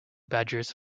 badges